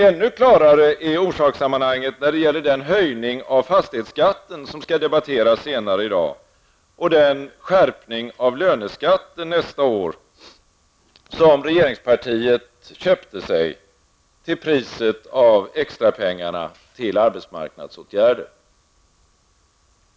Ännu klarare är orsakssammanhanget när det gäller den höjning av fastighetsskatten som skall debatteras senare i dag och den skärpning av löneskatten nästa år som regeringspartiet köpte sig till priset av extrapengarna till arbetsmarknadsåtgärder.